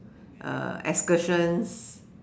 excursion